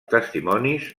testimonis